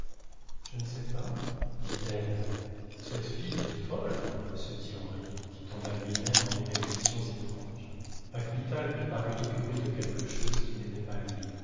je ne sais pas dit elle cette fille est folle se dit henri qui tomba lui-même en des réflexions étranges paquita lui parut occupée de quelque chose qui n'était pas lui